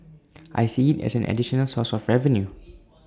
I see IT as an additional source of revenue